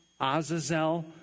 Azazel